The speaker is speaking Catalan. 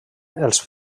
els